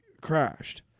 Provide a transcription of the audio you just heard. crashed